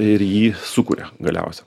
ir jį sukuria galiausia